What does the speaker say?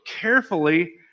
carefully